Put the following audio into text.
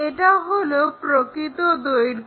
এটা হলো প্রকৃত দৈর্ঘ্য